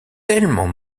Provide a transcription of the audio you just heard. tellement